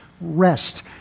rest